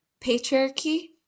patriarchy